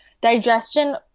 digestion